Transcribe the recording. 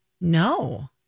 No